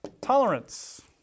tolerance